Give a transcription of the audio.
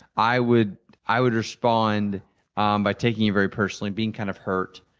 i would i would respond um by taking it very personally, being kind of hurt.